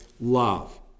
love